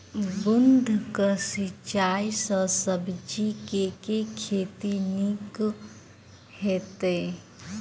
बूंद कऽ सिंचाई सँ सब्जी केँ के खेती नीक हेतइ?